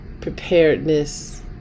preparedness